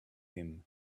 him